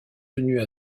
tenues